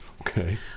Okay